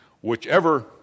whichever